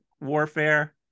Warfare